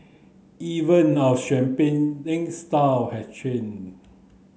even our style has changed